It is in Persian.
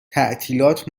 تعطیلات